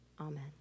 Amen